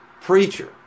Preacher